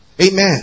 Amen